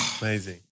Amazing